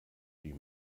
die